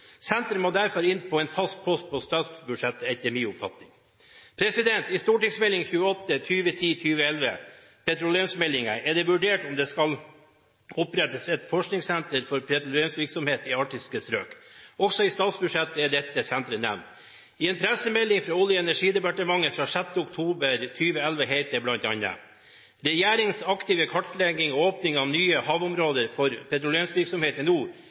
Senteret må derfor inn som en fast post på statsbudsjettet etter min oppfatning. I Meld. St. 28 for 2010–2011, petroleumsmeldingen, er det vurdert om det skal opprettes et forskningssenter for petroleumsvirksomhet i arktiske strøk. Også i statsbudsjettet er dette senteret nevnt. I en pressemelding fra Olje- og energidepartementet fra 6. oktober 2011 heter det bl.a.: «Regjeringens aktive satsing på kartlegging og åpning av nye havområder for petroleumsvirksomhet